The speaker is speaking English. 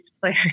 player